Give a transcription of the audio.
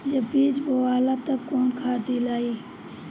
जब बीज बोवाला तब कौन खाद दियाई?